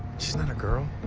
she's not a girl.